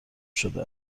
شده